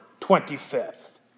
25th